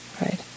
Right